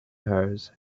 hers